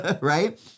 right